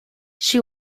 she